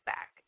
Back